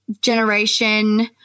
generation